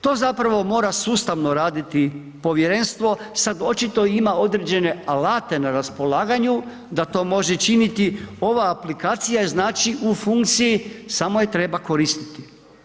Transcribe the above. To zapravo mora sustavno raditi povjerenstvo, sad očito ima određene alate na raspolaganju da to može činiti, ova aplikacija je znači u funkciji, samo je treba koristiti.